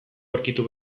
aurkitu